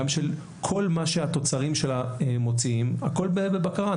כל מה שהתוצרים שלה מוציאים הכול בבקרה.